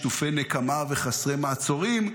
שטופי נקמה וחסרי מעצורים,